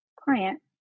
client